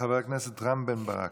חבר הכנסת רם בן ברק,